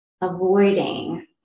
avoiding